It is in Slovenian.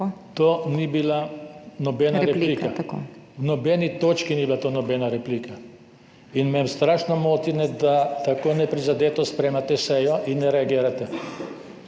To ni bila nobena replika. V nobeni točki ni bila to nobena replika. In me strašno moti, da tako neprizadeto spremljate sejo in ne reagirate.